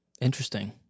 interesting